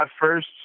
first